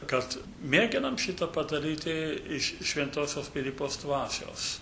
kad mėginam šitą padaryti iš šventosios pilypos dvasios